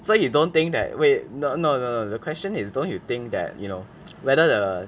so you don't think that wait no no no the question is don't you think that you know whether the